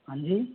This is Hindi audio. हाँजी